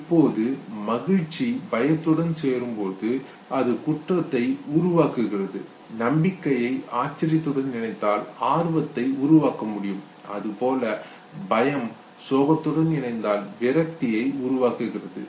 இப்பொழுது மகிழ்ச்சி பயத்துடன் சேரும்பொழுது அது குற்றத்தை உருவாக்குகிறது நம்பிக்கையை ஆச்சரியத்துடன் இணைந்தால் ஆர்வத்தை உருவாக்க முடியும் அதுபோல பயம் சோகத்துடன் இணைந்தால் விரக்தியை உருவாக்குகிறது